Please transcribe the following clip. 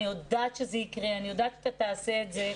אני יודעת שזה יקרה, אני יודעת שאתה תעשה את זה,